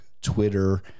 Twitter